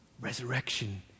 Resurrection